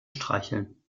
streicheln